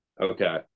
Okay